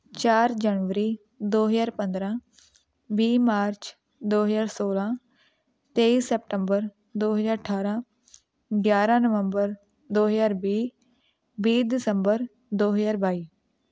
ਚਾਰ ਜਨਵਰੀ ਦੋ ਹਜ਼ਾਰ ਪੰਦਰਾਂ ਵੀਹ ਮਾਰਚ ਦੋ ਹਜ਼ਾਰ ਸੌਲ੍ਹਾਂ ਤੇਈ ਸਪਟੰਬਰ ਦੋ ਹਜ਼ਾਰ ਅਠਾਰਾਂ ਗਿਆਰ੍ਹਾਂ ਨਵੰਬਰ ਦੋ ਹਜ਼ਾਰ ਵੀਹ ਵੀਹ ਦਸੰਬਰ ਦੋ ਹਜ਼ਾਰ ਬਾਈ